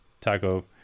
taco